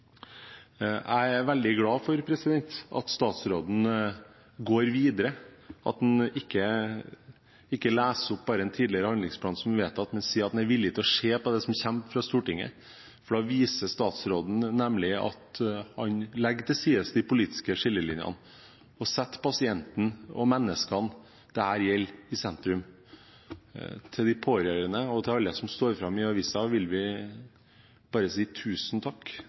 Jeg er veldig glad for at statsråden går videre, at han ikke bare leser opp en tidligere handlingsplan som vedtatt, men sier at han er villig til å se på det som kommer fra Stortinget. Da viser statsråden nemlig at han legger til side de politiske skillelinjene og setter pasienten – menneskene dette gjelder – i sentrum. Til de pårørende og til alle som står fram i avisene, vil vi bare si: Tusen takk,